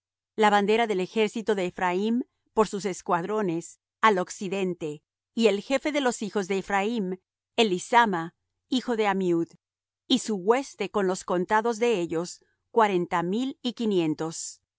la bandera del ejército de ephraim por sus escuadrones al occidente y el jefe de los hijos de ephraim elisama hijo de ammiud y su hueste con los contados de ellos cuarenta mil y quinientos